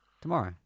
tomorrow